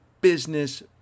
Business